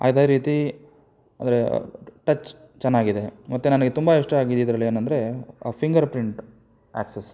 ಅದೇ ರೀತಿ ಅಂದರೆ ಟಚ್ ಚೆನ್ನಾಗಿದೆ ಮತ್ತು ನನಗೆ ತುಂಬ ಇಷ್ಟ ಆಗಿದಿದ್ದು ಇದ್ರಲ್ಲಿ ಏನಂದರೆ ಅ ಫಿಂಗರ್ಪ್ರಿಂಟು ಆ್ಯಕ್ಸೆಸ್